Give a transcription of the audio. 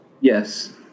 Yes